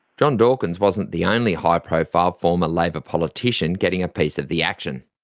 john dawkins wasn't the only high profile former labor politician getting a piece of the action.